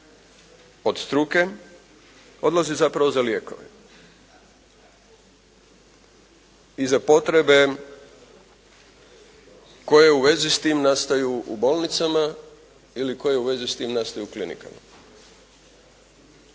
od struke odlazi zapravo za lijekove i za potrebe koje u svezi s tim nastaju u bolnicama ili koje u svezi s tim nastaju u klinikama.